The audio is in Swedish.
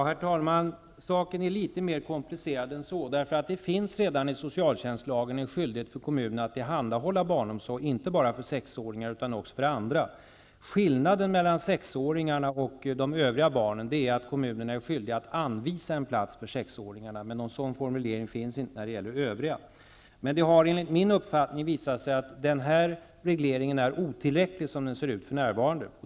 Herr talman! Saken är litet mer komplicerad än så, för det finns enligt socialtjänstlagen en skyldighet för kommunerna att tillhandahålla barnomsorg, inte bara för 6-åringar utan även för andra. Skillnaden mellan 6-åringarna och de övriga barnen är att kommunen är skyldig att anvisa en plats för 6-åringarna. Någon sådan skyldighet finns inte när det gäller de övriga. Det har enligt min uppfattning visat sig att den här regleringen är otillräcklig, såsom den ser ut för närvarande.